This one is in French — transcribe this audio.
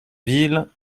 ville